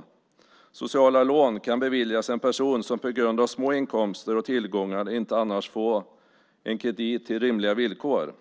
Ett socialt lån kan beviljas en person som på grund av små inkomster och tillgångar inte annars kan få en kredit till rimliga villkor.